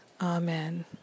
Amen